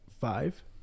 five